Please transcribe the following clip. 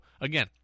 again